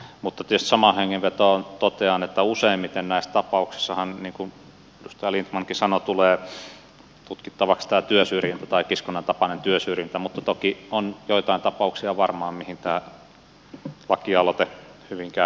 mutta tietysti samaan hengenvetoon totean että useimmiten näissä tapauksissahan niin kuin edustaja lindtmankin sanoi tulee tutkittavaksi tämä työsyrjintä tai kiskonnan tapainen työsyrjintä mutta toki on joitain tapauksia varmaan mihin tämä lakialoite hyvin kävisi